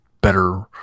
better